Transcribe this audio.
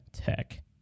Tech